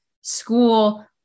school